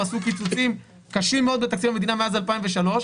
עשו קיצוצים קשים מאוד בתקציב המדינה מאז 2003,